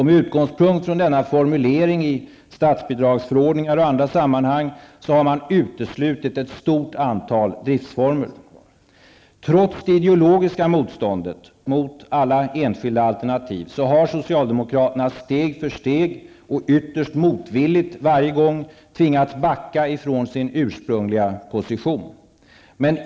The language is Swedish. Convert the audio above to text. Med utgångspunkt i denna formulering i statsbidragsförordningar och i andra sammanhang har man uteslutet ett antal driftformer. Trots det ideologiska motståndet mot alla enskilda alternativ har socialdemokraterna steg för steg och ytterst motvilligt varje gång tvingats backa från sin ursprungliga position.